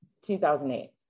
2008